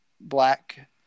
black